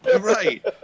Right